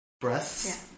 breasts